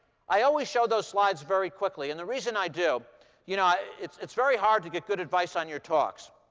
i always show those slides very quickly. and the reason i do you know, it's it's very hard to get good advice on your talks.